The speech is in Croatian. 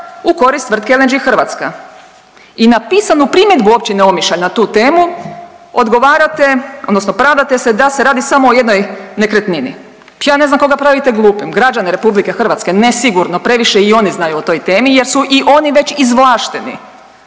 u korist tvrtke LNG-e Hrvatska? I napisanu primjedbu općine Omišalj na tu temu odgovarate odnosno pravdate se da se radi samo o jednoj nekretnini. Ja ne znam koga pravite glupim. Građane Republike Hrvatske ne sigurno. Previše i oni znaju o toj temi jer su i oni već izvlašteni